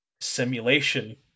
simulation